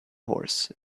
horse